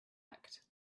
act